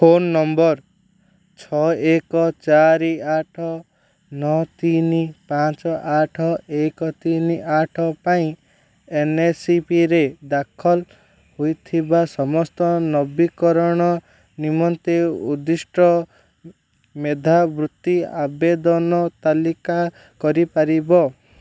phone number ଛଅ ଏକ ଚାରି ଆଠ ନଅ ତିନି ପାଞ୍ଚ ଆଠ ଏକ ତିନି ଆଠ ପାଇଁ ଏନ୍ଏସ୍ପିରେ ଦାଖଲ ହୋଇଥିବା ସମସ୍ତ ନବୀକରଣ ନିମନ୍ତେ ଉଦ୍ଦିଷ୍ଟ ମେଧାବୃତ୍ତି ଆବେଦନର ତାଲିକା କରି ପାରିବ